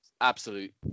absolute